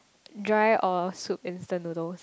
dry or soup instant noodle